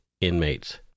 inmates